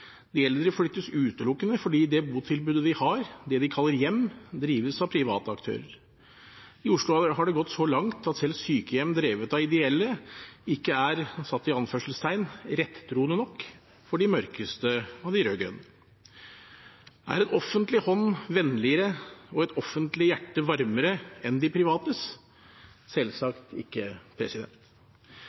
De eldre flyttes utelukkende fordi det botilbudet de har, det de kaller hjem, drives av private aktører. I Oslo har det gått så langt at selv sykehjem drevet av ideelle ikke er «rettroende» nok for de mørkeste av de rød-grønne. Er en offentlig hånd vennligere og et offentlig hjerte varmere enn de privates? Selvsagt ikke!